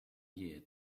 year